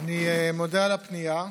אני מודה על הפנייה,